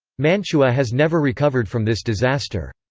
mantua has never recovered from this disaster.